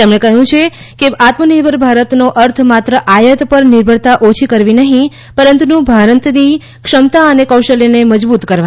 તેમણે કહ્યું છે કે આત્મનિર્ભર ભારતની અર્થ માત્ર આયાત પર નિર્ભરતા ઓછી કરવી નહિં પરંતુ ભારતની ક્ષમતા અને કૌશલ્યને મજબૂત કરવાની છે